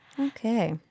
Okay